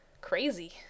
crazy